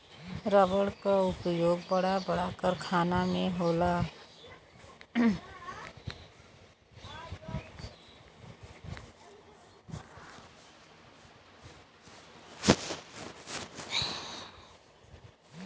रबड़ क उपयोग बड़ा बड़ा कारखाना में होला